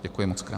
Děkuji mockrát.